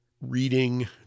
reading